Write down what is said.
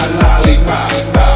lollipop